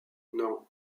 non